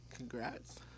Congrats